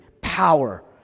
power